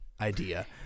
idea